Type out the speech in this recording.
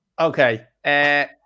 Okay